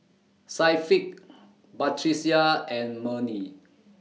Syafiqah Batrisya and Murni